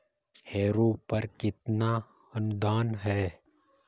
Harrow पर कितना अनुदान है?